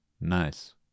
Nice